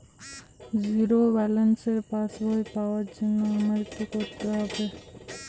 Zero ব্যালেন্সের পাসবই পাওয়ার জন্য আমায় কী করতে হবে?